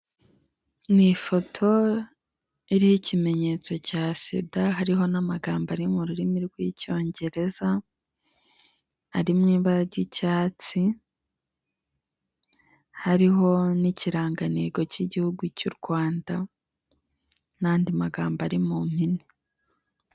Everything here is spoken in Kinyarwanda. Ni ifoto yariy'ikimenyetso cya sida hari n'amagambo ari mu rurimi rw'icyongereza, ari mu imbara ry'icyatsi hariho n'ikirangantego cy'igihugu cy'u Rwanda n'andi magambo ari mu mpine.